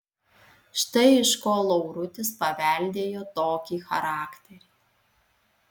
štai iš ko laurutis paveldėjo tokį charakterį